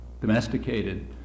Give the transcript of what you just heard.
domesticated